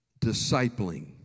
discipling